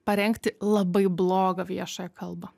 parengti labai blogą viešąją kalbą